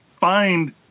find